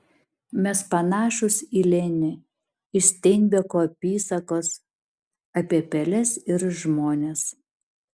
mes panašūs į lenį iš steinbeko apysakos apie peles ir žmones